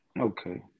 Okay